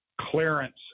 clearance